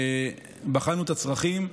בחנו את הצרכים.